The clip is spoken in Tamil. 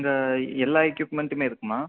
அங்கே எல்லா எக்யூப்மென்ட்டுமே இருக்குமா